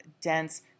dense